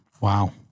Wow